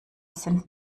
sind